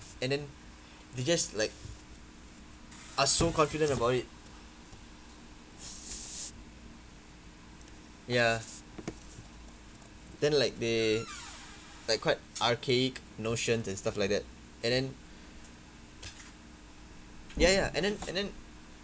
and then they just like are so confident about it ya then like they like quite archaic notions and stuff like that and then ya ya and then and then